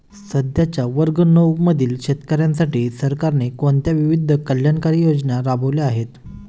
सध्याच्या वर्ग नऊ मधील शेतकऱ्यांसाठी सरकारने कोणत्या विविध कल्याणकारी योजना राबवल्या आहेत?